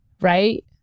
right